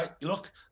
Look